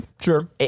sure